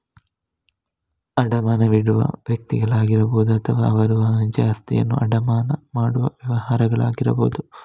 ಅಡಮಾನವಿಡುವ ವ್ಯಕ್ತಿಗಳಾಗಿರಬಹುದು ಅಥವಾ ಅವರು ವಾಣಿಜ್ಯ ಆಸ್ತಿಯನ್ನು ಅಡಮಾನ ಮಾಡುವ ವ್ಯವಹಾರಗಳಾಗಿರಬಹುದು